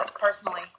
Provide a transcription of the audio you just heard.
personally